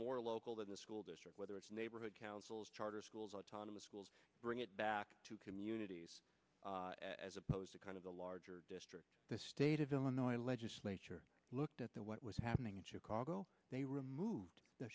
more local to the school district whether it's neighborhood councils charter schools autonomous schools bring it back to communities as opposed to kind of the larger districts the state of illinois legislature looked at the what was happening in chicago they removed the